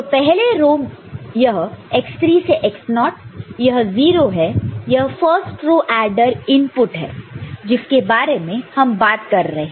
तो पहला रो यह x3 से x0 यह 0 है यह फर्स्ट रो एडर इनपुट है जिसके बारे में हम बात कर रहे